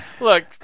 Look